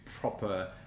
proper